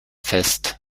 fest